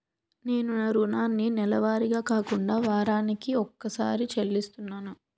నేను నా రుణాన్ని నెలవారీగా కాకుండా వారాని కొక్కసారి చెల్లిస్తున్నాను